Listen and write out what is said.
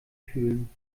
fühlen